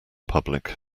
public